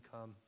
come